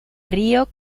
río